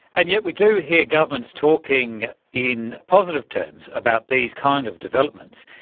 and yet we do hear governments talking in positive terms about these kinds of developments.